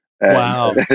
Wow